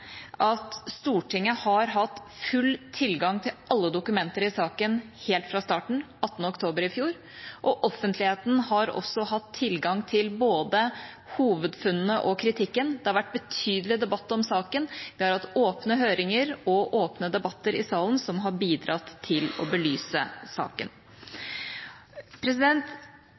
at Stortinget har hatt full tilgang til alle dokumenter i saken helt fra starten, 18. oktober i fjor, og offentligheten har også hatt tilgang til både hovedfunnene og kritikken. Det har vært betydelig debatt om saken. Vi har hatt åpne høringer og åpne debatter i salen, noe som har bidratt til å belyse saken.